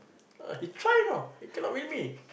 he tried you know he cannot win me